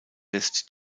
lässt